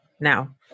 now